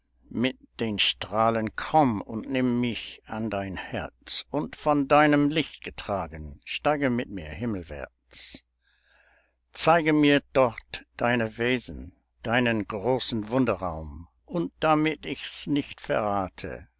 mit den strahlen komm und nimm mich an dein herz und von deinem licht getragen steige mit mir himmelwärts zeige mir dort deine wesen deinen großen wunderraum und damit ich's nicht verrate